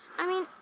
i mean,